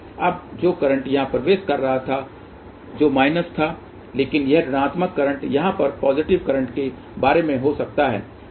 अब जो करंट यहां प्रवेश कर रहा था जो माइनस था लेकिन वह ऋणात्मक करंट यहाँ पर पॉजिटिव करंट के बारे में हो सकता है